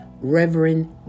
Reverend